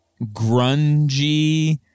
grungy